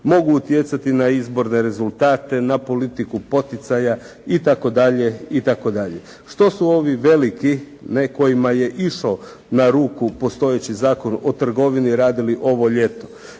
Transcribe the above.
mogu utjecati na izborne rezultate, na politiku poticaja itd. itd. Što su ovi veliki, nekojima je išao na ruku postojeći Zakon o trgovini, radili ovo ljeto.